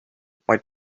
why